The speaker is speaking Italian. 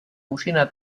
cucina